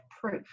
proof